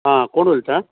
आं कोण उलयता